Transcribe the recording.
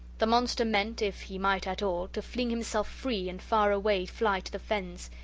the monster meant if he might at all to fling himself free, and far away fly to the fens,